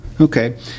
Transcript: Okay